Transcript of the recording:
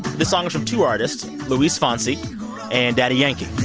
this song is from two artists luis fonsi and daddy yankee